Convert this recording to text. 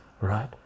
right